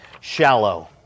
shallow